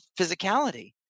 physicality